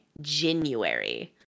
January